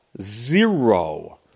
Zero